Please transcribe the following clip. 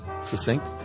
succinct